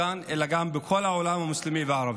כאן אלא גם בכל העולם המוסלמי והערבי.